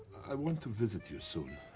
i want to visit you soon.